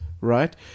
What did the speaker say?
right